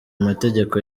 mategeko